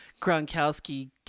gronkowski